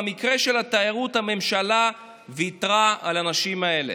במקרה של התיירות הממשלה ויתרה על האנשים האלה.